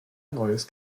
neues